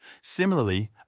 Similarly